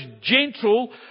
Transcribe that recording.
gentle